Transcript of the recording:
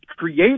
Create